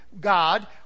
God